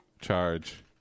charge